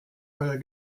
eure